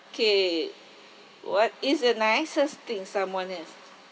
okay what is the nicest thing someone has